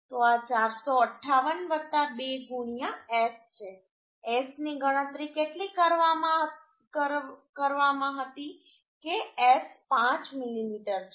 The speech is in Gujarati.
તો આ 458 2 S છે S ની ગણતરી કેટલી કરવામાં હતી કે S 5 મીમી છે